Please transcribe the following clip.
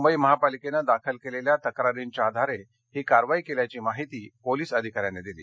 मुंबई महापालिकेनं दाखल केलेल्या तक्रारीच्या आधारे ही कारवाई केल्याची माहिती पोलिस अधिकाऱ्यांनी दिली